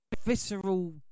Visceral